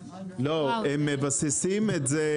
לא, הם מבססים את זה.